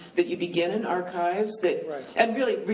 that you begin in archives that and really,